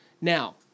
Now